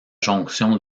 jonction